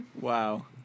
Wow